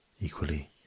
equally